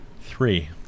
Three